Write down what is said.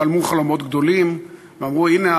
חלמו חלומות גדולים ואמרו: הנה,